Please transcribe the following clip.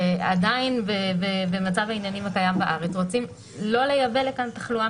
ועדיין במצב העניינים הקיים בארץ רוצים לא לייבא לכאן תחלואה